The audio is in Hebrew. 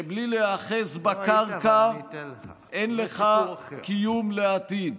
שבלי להיאחז בקרקע אין לך קיום לעתיד,